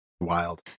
Wild